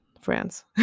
France